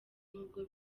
n’ubwo